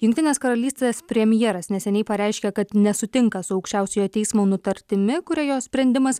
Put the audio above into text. jungtinės karalystės premjeras neseniai pareiškė kad nesutinka su aukščiausiojo teismo nutartimi kuria jo sprendimas